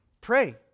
Pray